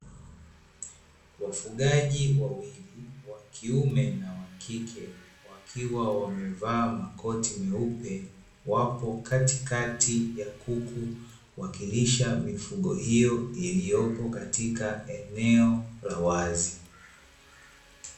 Wafugaji wawili wa kiume na wa kike wakiwa wamevaa makoti meupe, wapo katikati ya kuku wakilisha mifugo hiyo, iliyopo katika eneo la wazi.